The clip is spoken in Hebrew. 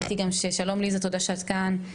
שלום ליזה, תודה שאת כאן.